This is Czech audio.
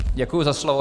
Děkuji za slovo.